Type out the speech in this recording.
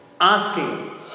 asking